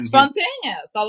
Spontaneous